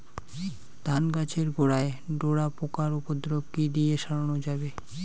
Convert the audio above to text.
ধান গাছের গোড়ায় ডোরা পোকার উপদ্রব কি দিয়ে সারানো যাবে?